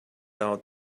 out